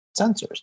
sensors